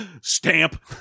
Stamp